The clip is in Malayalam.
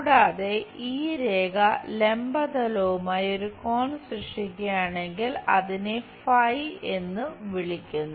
കൂടാതെ ഈ രേഖ ലംബ തലവുമായി ഒരു കോൺ സൃഷ്ടിക്കുകയാണെങ്കിൽ നമ്മൾ അതിനെ ഫൈ Phi ø എന്ന് വിളിക്കുന്നു